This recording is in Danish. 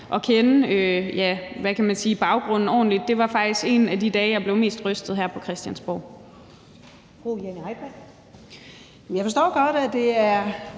sige – baggrunden ordentligt. Det er faktisk en af de dage, hvor jeg er blevet mest rystet her på Christiansborg.